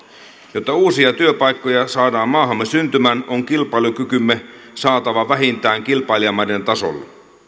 jotta uusia työpaikkoja saadaan maahamme syntymään on kilpailukykymme saatava vähintään kilpailijamaiden tasolle